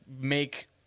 make